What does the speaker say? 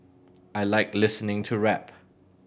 I like listening to rap